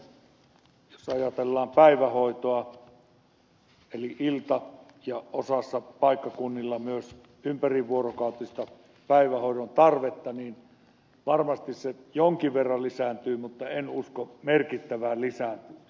samoiten jos ajatellaan päivähoitoa eli ilta ja osassa paikkakuntia myös ympärivuorokautista päivähoidon tarvetta niin varmasti se jonkin verran lisääntyy mutta en usko merkittävään lisääntymiseen